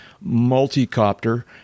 multi-copter